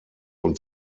und